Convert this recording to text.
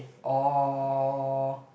or